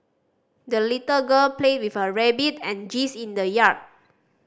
the little girl played with her rabbit and in the yard